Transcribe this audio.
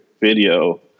video